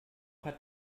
hat